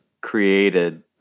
created